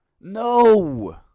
no